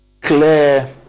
clear